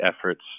efforts